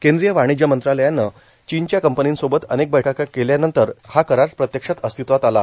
केंद्रीय वाणिज्य मंत्रालयाने चीनच्या कंपनीसोबत अनेक बैठका केल्यानंतर हा करार प्रत्यक्षात अस्तित्वात आला